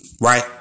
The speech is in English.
Right